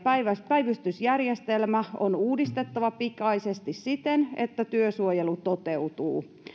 päivystysjärjestelmä on uudistettava pikaisesti siten että työsuojelu toteutuu